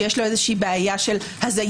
שיש לו בעיה של הזיות.